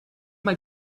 mal